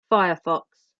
firefox